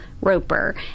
Roper